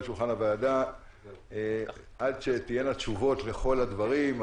שולחן הוועדה עד שתהיינה תשובות לכל הדברים,